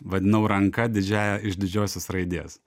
vadinau ranka didžiąja iš didžiosios raidės